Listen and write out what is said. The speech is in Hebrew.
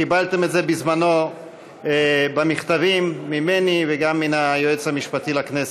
קיבלתם את זה בזמנו במכתבים ממני וגם מן היועץ המשפטי לכנסת,